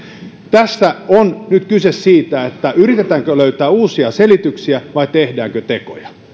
tässä on nyt kyse siitä yritetäänkö löytää uusia selityksiä vai tehdäänkö tekoja